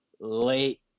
late